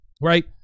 right